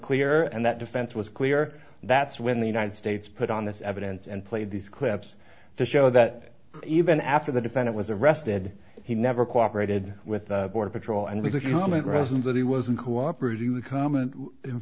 clear and that defense was clear that's when the united states put on this evidence and played these clips to show that even after the defendant was arrested he never cooperated with the border patrol and we comment resins that he wasn't cooperating